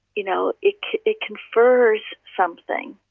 you know, it it confers something.